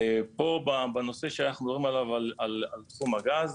פה בנושא שאנחנו מדברים עליו, על תחום הגז,